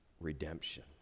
redemption